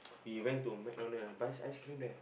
we went to MacDonald I buys ice cream there